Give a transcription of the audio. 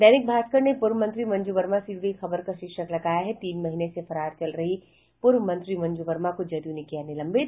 दैनिक भास्कर ने पूर्व मंत्री मंजू वर्मा से जुड़ी खबर का शीर्षक लगाया है तीन महीने से फरार चल रही पूर्व मंत्री मंजू वर्मा को जदयू ने किया निलंबित